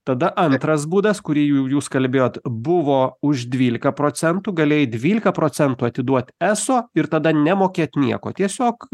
tada antras būdas kurį jau jūs kalbėjot buvo už dvylika procentų galėjai dvylika procentų atiduot eso ir tada nemokėt nieko tiesiog